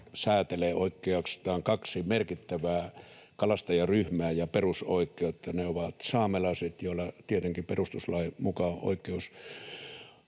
säätelee oikeastaan kaksi merkittävää kalastajaryhmää ja perusoikeutta. Ne ovat saamelaiset, joilla tietenkin perustuslain mukaan on oikeus